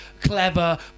clever